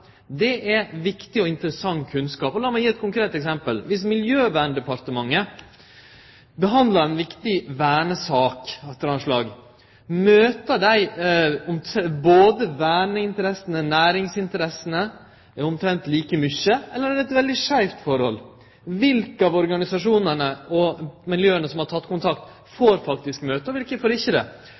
Det er viktig og interessant kunnskap. Lat meg gi eit konkret eksempel: Dersom Miljøverndepartementet behandlar ei viktig vernesak av eit eller anna slag, møter dei då verneinteressene og næringsinteressene omtrent like mykje, eller er det eit veldig skeivt forhold? Kven av organisasjonane og miljøa som har teke kontakt, får faktisk møte, og kven får det ikkje? Det